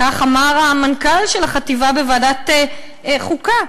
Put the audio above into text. כך אמר המנכ"ל של החטיבה בוועדת חוקה.